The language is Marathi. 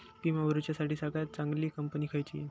विमा भरुच्यासाठी सगळयात चागंली कंपनी खयची?